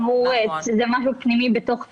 זה משהו פנימי בתוך צה"ל.